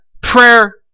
prayer